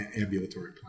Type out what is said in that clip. ambulatory